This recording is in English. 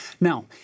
Now